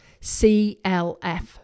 CLF